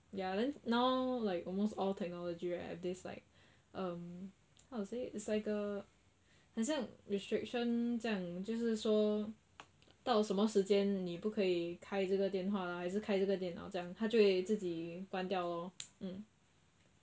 ya then now like almost all technology right have this like um how to say it's like a 很像 restriction 这样就是说到什么时间你不可以开这个电话啦还是开这个电脑这样它就会自己关掉喽 mm